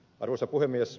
arvoisa puhemies